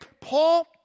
Paul